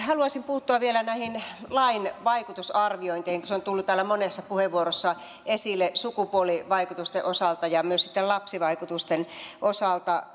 haluaisin puuttua vielä näihin lain vaikutusarviointeihin kun ne ovat tulleet täällä monessa puheenvuorossa esille sukupuolivaikutusten osalta ja myös sitten lapsivaikutusten osalta